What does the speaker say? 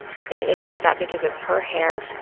any issue with that because it's her hair.